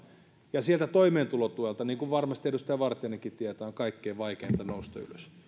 ja sieltä toimeentulotuelta niin kuin varmasti edustaja vartiainenkin tietää on kaikkein vaikeinta nousta ylös